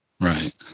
Right